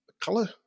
color